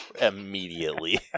immediately